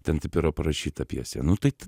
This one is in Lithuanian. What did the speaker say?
ten taip yra parašyta pjesėj nu tai